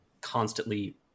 constantly